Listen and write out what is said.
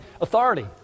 authority